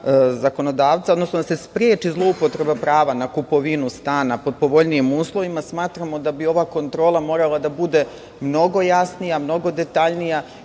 zakonodavca, odnosno da se spreči zloupotreba prava na kupovinu stana po povoljnijim uslovima, smatramo da bi ova kontrola morala da bude mnogo jasnija, mnogo detaljnija